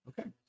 Okay